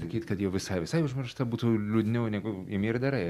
sakyt kad jau visai visai užmiršta būtų liūdniau negu imi ir darai